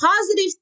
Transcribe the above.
positive